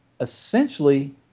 essentially